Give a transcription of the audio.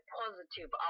positive